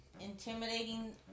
intimidating